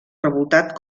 revoltat